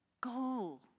Go